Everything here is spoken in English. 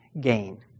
gain